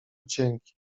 dzięki